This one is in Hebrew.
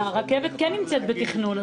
הרכבת כן נמצאת בתכנון,